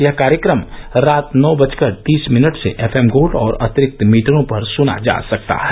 यह कार्यक्रम रात नौ बजकर तीस मिनट से एफएम गोल्ड और अतिरिक्त मीटरों पर सुना जा सकता है